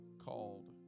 called